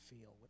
feel